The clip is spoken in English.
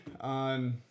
on